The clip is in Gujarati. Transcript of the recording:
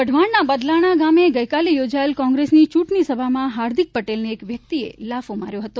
વઢવાણના બલદાણા ગામે ગઇકાલે યોજાયેલી કોંગ્રેસની ચ્રંટણીસભામાં હાર્દિક પટેલને એક વ્યક્તિએ લાફો માર્યો હતો